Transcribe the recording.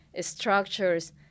structures